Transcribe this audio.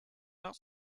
not